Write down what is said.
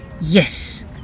Yes